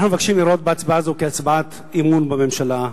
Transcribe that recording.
אנחנו מבקשים לראות הצבעה זו כהצבעת אי-אמון בממשלה.